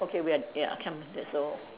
okay we're ya come that's all